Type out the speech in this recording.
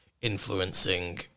influencing